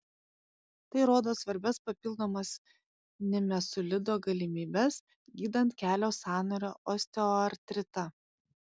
tai rodo svarbias papildomas nimesulido galimybes gydant kelio sąnario osteoartritą